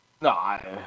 no